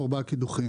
או ארבעה קידוחים,